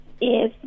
yes